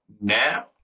Now